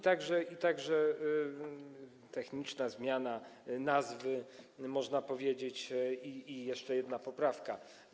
Także techniczna zmiana nazwy, można powiedzieć, i jeszcze jedna poprawka.